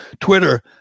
Twitter